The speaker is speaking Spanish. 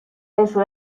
eso